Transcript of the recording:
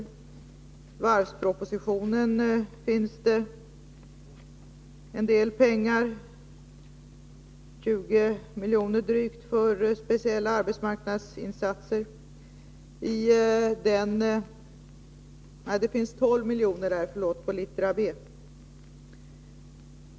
Också i varvspropositionen finns det en del pengar, 12 miljoner, för speciella arbetsmarknadspolitiska insatser.